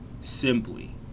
simply